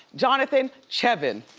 johnathan cheban.